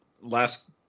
last